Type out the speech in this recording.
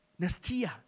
Nestia